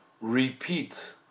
repeat